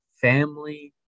Family